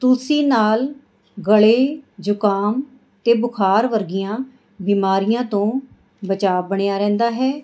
ਤੁਲਸੀ ਨਾਲ ਗਲ਼ੇ ਜੁਕਾਮ ਅਤੇ ਬੁਖਾਰ ਵਰਗੀਆਂ ਬਿਮਾਰੀਆਂ ਤੋਂ ਬਚਾਅ ਬਣਿਆ ਰਹਿੰਦਾ ਹੈ